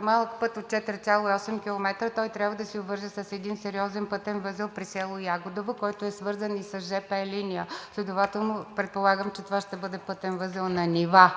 малък път от 4,8 км, той трябва да се обвърже с един сериозен пътен възел при село Ягодово, който е свързан и с жп линия. Следователно предполагам, че това ще бъде пътен възел на нива.